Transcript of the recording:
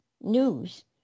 News